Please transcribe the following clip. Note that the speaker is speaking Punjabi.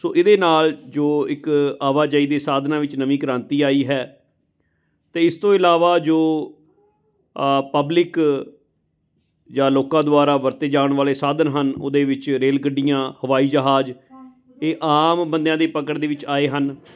ਸੋ ਇਹਦੇ ਨਾਲ ਜੋ ਇੱਕ ਆਵਾਜਾਈ ਦੇ ਸਾਧਨਾਂ ਵਿੱਚ ਨਵੀਂ ਕ੍ਰਾਂਤੀ ਆਈ ਹੈ ਅਤੇ ਇਸ ਤੋਂ ਇਲਾਵਾ ਜੋ ਪਬਲਿਕ ਜਾਂ ਲੋਕਾਂ ਦੁਆਰਾ ਵਰਤੇ ਜਾਣ ਵਾਲੇ ਸਾਧਨ ਹਨ ਉਹਦੇ ਵਿੱਚ ਰੇਲ ਗੱਡੀਆਂ ਹਵਾਈ ਜਹਾਜ਼ ਇਹ ਆਮ ਬੰਦਿਆਂ ਦੀ ਪਕੜ ਦੇ ਵਿੱਚ ਆਏ ਹਨ